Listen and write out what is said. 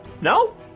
No